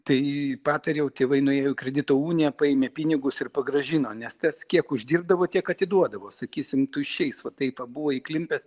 tai patariau tėvai nuėjo į kredito uniją paėmė pinigus ir pagrąžino nes tas kiek uždirbdavo tiek atiduodavo sakysim tuščiais va taip va buvo įklimpęs